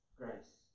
grace